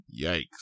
Yikes